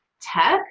tech